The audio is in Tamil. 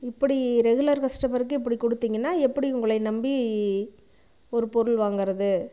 இப்படி ரெகுலர் கஸ்டமருக்கு இப்படி கொடுத்தீங்கன்னா எப்படி உங்களை நம்பி ஒரு பொருள் வாங்கிறது